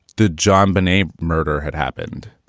the jonbenet murder had happened.